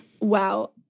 Wow